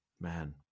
Man